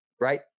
right